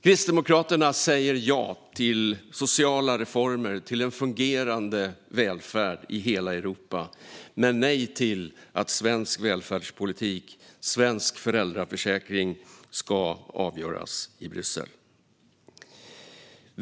Kristdemokraterna säger ja till sociala reformer och fungerande välfärd i hela Europa men nej till att svensk välfärdspolitik och svensk föräldraförsäkring ska avgöras i Bryssel.